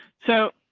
so,